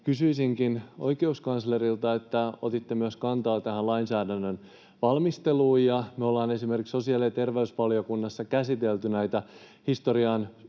Kysyisinkin oikeuskanslerilta siitä, kun otitte kantaa myös tähän lainsäädännön valmisteluun, ja me ollaan esimerkiksi sosiaali- ja terveysvaliokunnassa käsitelty näitä historiallisesti